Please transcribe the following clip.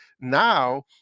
Now